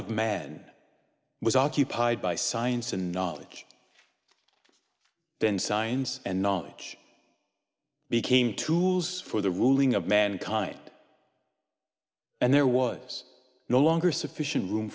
of man was occupied by science and knowledge then science and knowledge became tools for the ruling of mankind and there was no longer sufficient room